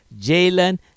Jalen